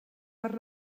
per